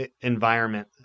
environment